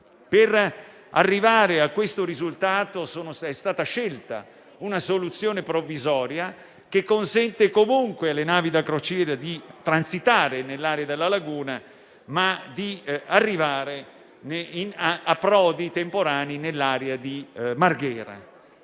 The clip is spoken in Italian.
Per arrivare a questo risultato, è stata scelta una soluzione provvisoria, che consente comunque alle navi da crociera di transitare nell'area della laguna, ma di arrivare in approdi temporanei nell'area di Marghera,